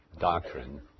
doctrine